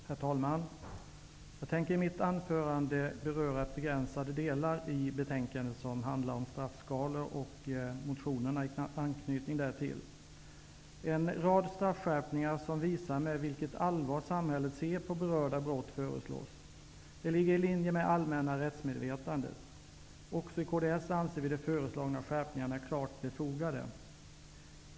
Herr talman! Jag tänker i mitt anförande beröra begränsade delar av det betänkande som behandlar förslag till straffskalor och de motioner som väckts i samband därmed. En rad straffskärpningar som visar med vilket allvar samhället ser på här berörda brott föreslås. Detta ligger i linje med det allmänna rättsmedvetandet. Också i kds anser vi de föreslagna skärpningarna klart befogade.